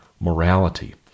morality